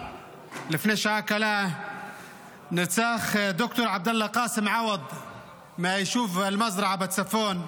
לפני שעה קלה נרצח ד"ר עבדאללה קאסם עווד מהיישוב מזרעה בצפון.